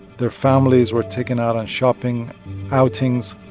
their families were taken out on shopping outings.